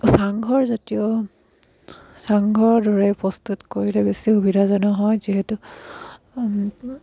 চাংঘৰ জাতীয় চাংঘৰ দৰে প্ৰস্তুত কৰিলে বেছি সুবিধাজনক হয় যিহেতু